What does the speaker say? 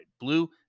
blue